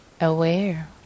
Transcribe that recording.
Aware